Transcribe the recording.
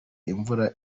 imvura